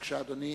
בבקשה, אדוני,